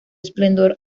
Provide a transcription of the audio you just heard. esplendor